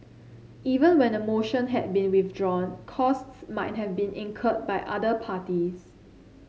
even when a motion had been withdrawn costs might have been incurred by other parties